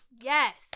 Yes